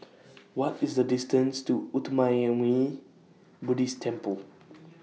What IS The distance to Uttamayanmuni Buddhist Temple